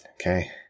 okay